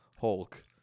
Hulk